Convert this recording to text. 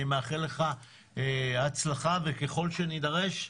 אני מאחל לך הצלחה, וככל שנידרש,